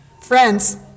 Friends